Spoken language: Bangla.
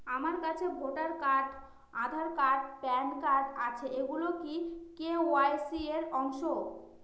আমার কাছে voter card Aadhaar card PAN card আছে এগুলো কি কে.ওয়াই.সি র অংশ?